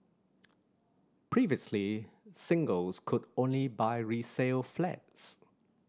previously singles could only buy resale flats